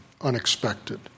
unexpected